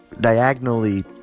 diagonally